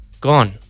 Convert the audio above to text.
gone